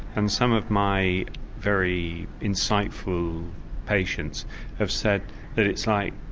and some of my very insightful patients have said that it's like,